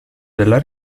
della